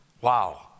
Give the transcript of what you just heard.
Wow